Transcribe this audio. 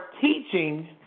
teaching